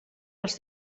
els